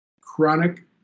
chronic